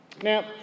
Now